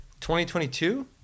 2022